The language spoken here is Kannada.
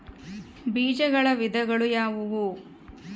ಬೇಜಗಳ ವಿಧಗಳು ಯಾವುವು?